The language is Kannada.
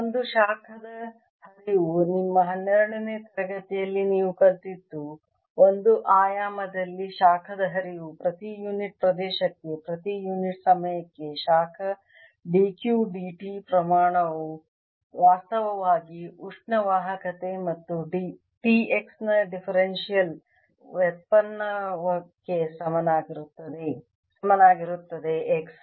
ಒಂದು ಶಾಖದ ಹರಿವು ನಿಮ್ಮ 12 ನೇ ತರಗತಿಯಲ್ಲಿ ನೀವು ಕಲಿತಿದ್ದು ಒಂದು ಆಯಾಮದಲ್ಲಿ ಶಾಖದ ಹರಿವು ಪ್ರತಿ ಯುನಿಟ್ ಪ್ರದೇಶಕ್ಕೆ ಪ್ರತಿ ಯುನಿಟ್ ಸಮಯಕ್ಕೆ ಶಾಖ d Q dt ಪ್ರಮಾಣವು ವಾಸ್ತವವಾಗಿ ಉಷ್ಣ ವಾಹಕತೆ ಮತ್ತು T x ನ ಡಿಫರೆನ್ಷಿಯಲ್ ವ್ಯುತ್ಪನ್ನಕ್ಕೆ ಸಮಾನವಾಗಿರುತ್ತದೆ X